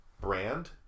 brand